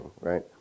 right